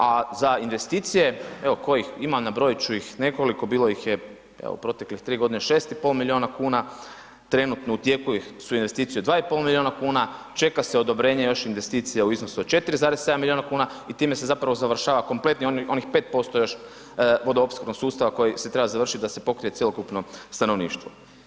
A za investicije evo kojih ima, nabrojit ću ih nekoliko, bilo ih je u proteklih 3 g., 6,5 milijuna kuna, trenutno u tijeku su investicije od 2,5 milijuna kuna, čeka se odobrenje još investicija u iznosu od 4,7 milijuna kuna i time se zapravo završava kompletnih onih 5% još vodoopskrbnog sustava koji se treba završit da se pokrije cjelokupno stanovništvo.